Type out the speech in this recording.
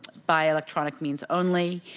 by electronic means only.